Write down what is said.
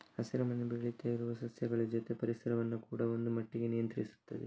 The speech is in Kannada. ಹಸಿರು ಮನೆ ಬೆಳೀತಾ ಇರುವ ಸಸ್ಯಗಳ ಜೊತೆ ಪರಿಸರವನ್ನ ಕೂಡಾ ಒಂದು ಮಟ್ಟಿಗೆ ನಿಯಂತ್ರಿಸ್ತದೆ